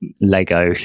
Lego